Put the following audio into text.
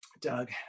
Doug